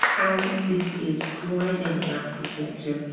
and this is driving natural selection,